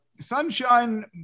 Sunshine